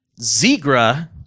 Zegra